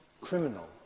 criminal